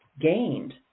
gained